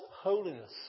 holiness